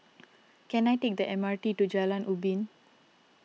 can I take the M R T to Jalan Ubin